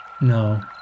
No